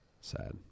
Sad